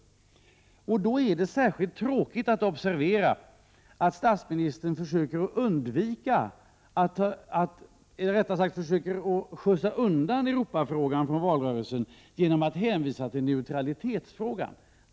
Då är det särskilt tråkigt att observera att statsministern försöker skjutsa undan Europafrågan från valrörelsen genom att hänvisa till neutralitetsfrågan.